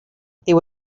there